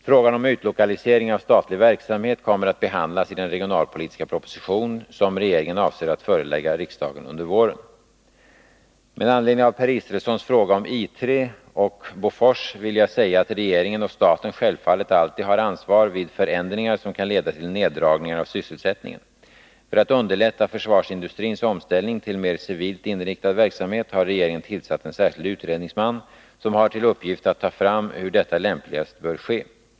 Frågan om utlokalisering av statlig verksamhet kommer att behandlas i den regionalpolitiska proposition som regeringen avser att förelägga riksdagen under våren. Med anledning av Per Israelssons fråga om I 3 och Bofors vill jag säga att regeringen och staten självfallet alltid har ansvar vid förändringar som kan leda till neddragningar av sysselsättningen. För att underlätta försvarsindustrins omställning till mer civilt inriktad verksamhet har regeringen tillsatt en särskild utredningsman, som har till uppgift att ta fram hur detta lämpligast bör ske.